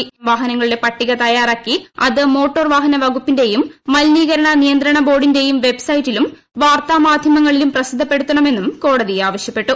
ഇത്തരം വാഹനങ്ങളുടെ പട്ടിക തയ്യാറാക്കി അത് മോട്ടോർവാഹന വകുപ്പിന്റെയും മലിനീകരണ നിയന്ത്രണ ബോർഡിന്റെയും വെബ്സൈറ്റിലും വാർത്താമാധ്യമങ്ങളിലും പ്രസിദ്ധപ്പെടുത്തണമെന്നും കോടതി ആവശ്യപ്പെട്ടു